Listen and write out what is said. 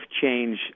change